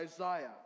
Isaiah